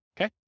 Okay